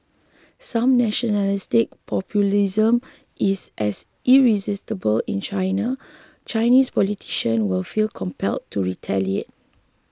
since nationalistic populism is as irresistible in China Chinese politician will feel compelled to retaliate